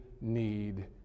need